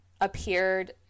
appeared